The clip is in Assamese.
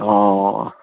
অ'